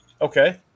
Okay